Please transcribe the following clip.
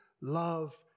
love